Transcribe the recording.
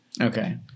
Okay